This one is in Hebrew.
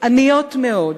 עניות מאוד,